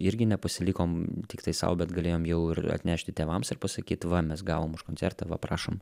irgi nepasilikom tiktai sau bet galėjom jau ir atnešti tėvams ir pasakyt va mes gavom už koncertą va prašom